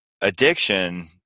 addiction